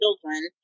children